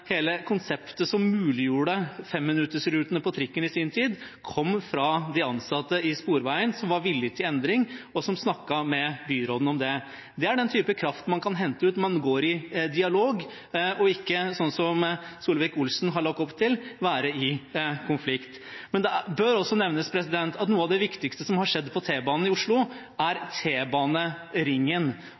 hele konseptet som muliggjorde 5-minuttersrutene på trikken i sin tid, kom fra de ansatte i Sporveien, som var villige til endring, og som snakket med byråden om det. Det er den type kraft man kan hente ut når man går i dialog, og ikke slik som Solvik-Olsen har lagt opp til – å være i konflikt. Men det bør også nevnes at noe av det viktigste som har skjedd på T-banen i Oslo, er